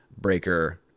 Breaker